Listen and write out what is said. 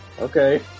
Okay